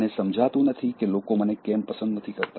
મને સમજાતું નથી કે લોકો મને કેમ પસંદ નથી કરતા